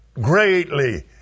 greatly